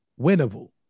winnable